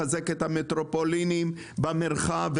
לחזק את המטרופולינים במרחב,